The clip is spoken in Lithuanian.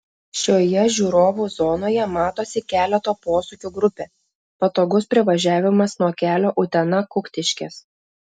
šioje žiūrovų zonoje matosi keleto posūkių grupė patogus privažiavimas nuo kelio utena kuktiškės